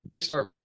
start